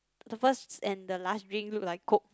the first and the last drink look like Coke